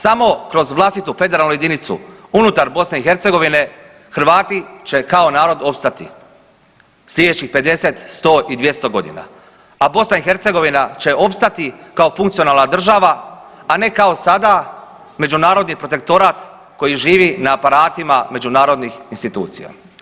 Samo kroz vlastitu federalnu jedinicu unutar BiH Hrvati će kao narod opstati slijedećih 50, 100 i 200.g., a BiH će opstati kao funkcionalna država, a ne kao sada međunarodni protektorat koji živi na aparatima međunarodnih institucija.